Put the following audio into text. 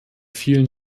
vielen